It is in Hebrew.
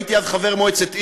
הייתי אז חבר מועצת עיר.